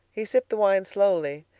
he sipped the wine slowly,